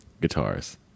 guitars